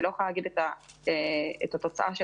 אני לא יכולה להגיד לך את התוצאה של